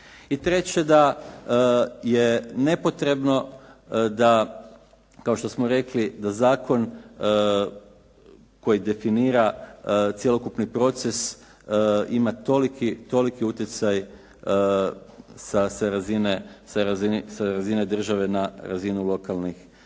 I treće, da je nepotrebno da kao što smo rekli da zakon koji definira cjelokupni proces ima toliki utjecaj sa razine države na razinu lokalnih